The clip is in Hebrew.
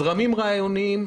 זרמים רעיוניים,